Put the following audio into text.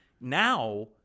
now